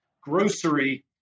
Grocery